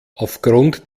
aufgrund